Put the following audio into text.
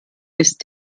ist